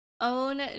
own